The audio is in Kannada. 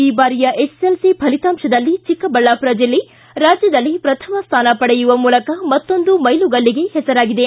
ಈ ಬಾರಿಯ ಎಸ್ಸೆಸ್ಲಿ ಫಲಿತಾಂಶದಲ್ಲಿ ಚಿಕ್ಕಬಳ್ಳಾಮರ ಜಿಲ್ಲೆ ರಾಜ್ಯದಲ್ಲೇ ಪ್ರಥಮ ಸ್ಥಾನ ಪಡೆಯುವ ಮೂಲಕ ಮತ್ತೊಂದು ಮೈಲಿಗಲ್ಲಿಗೆ ಹೆಸರಾಗಿದೆ